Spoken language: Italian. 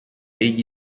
egli